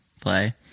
play